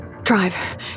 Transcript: drive